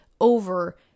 over